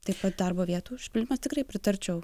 taip pat darbo vietų užpildymas tikrai pritarčiau